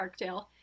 Parkdale